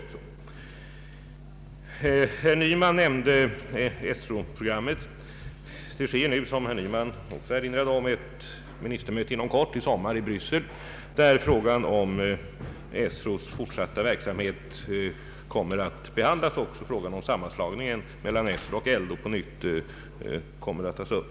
Herr Nyman nämnde ESRO-programmet. Som herr Nyman också erinrade om, äger ett ministermöte rum i sommar i Bryssel, där frågan om ESRO:s fortsatta verksamhet kommer att be handlas och frågan om sammanslagningen mellan ESRO och ELDO på nytt tas upp.